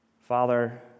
Father